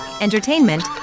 entertainment